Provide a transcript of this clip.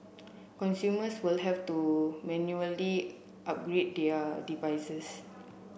consumers will have to manually upgrade their devices